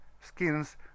skins